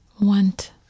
Want